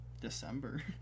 December